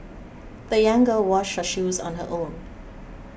the young girl washed her shoes on her own